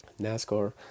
NASCAR